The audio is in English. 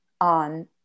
on